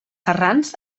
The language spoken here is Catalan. serrans